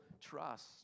trust